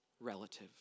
relative